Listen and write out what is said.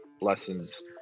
lessons